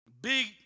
Big